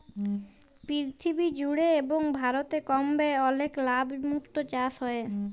পীরথিবী জুড়ে এবং ভারতে কম ব্যয়ে অলেক লাভ মুক্ত চাসে হ্যয়ে